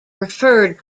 referred